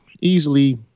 easily